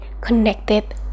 connected